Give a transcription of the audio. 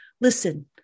listen